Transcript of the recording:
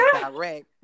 direct